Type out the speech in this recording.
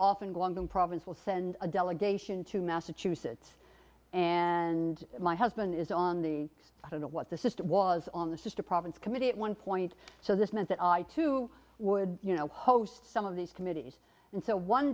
guangdong province will send a delegation to massachusetts and my husband is on the i don't know what the system was on the sister province committee at one point so this meant that i too would you know host some of these committees and so one